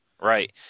Right